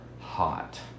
Hot